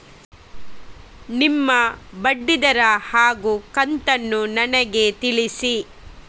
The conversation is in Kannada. ನಿಮ್ಮ ಬಡ್ಡಿದರ ಹಾಗೂ ಕಂತನ್ನು ನನಗೆ ತಿಳಿಸಿ?